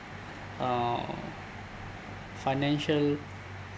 uh financial